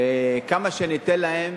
וכמה שניתן להם